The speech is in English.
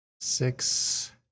six